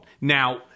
Now